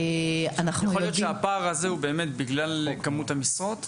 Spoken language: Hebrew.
יכול להיות שהפער הזה בגלל מספר כמות המשרות,